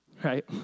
right